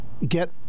get